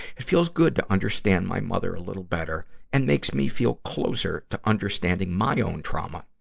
it feels good to understand my mother a little better and makes me feel closer to understanding my own trauma.